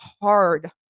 hard